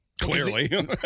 clearly